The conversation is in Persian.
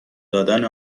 دادن